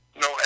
no